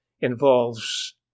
involves